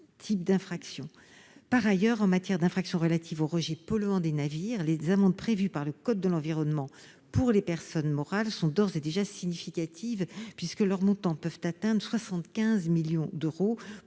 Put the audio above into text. type d'infractions. Par ailleurs, en matière d'infractions relatives aux rejets polluants des navires, les amendes prévues par le code de l'environnement pour les personnes morales sont d'ores et déjà importantes, puisque leurs montants peuvent atteindre 75 millions d'euros